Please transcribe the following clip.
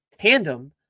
tandem